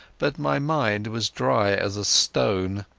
but my mind was dry as a stone.